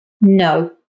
No